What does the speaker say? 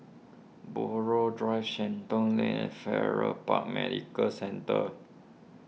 Buroh Drive Shenton Lane and Farrer Park Medical Centre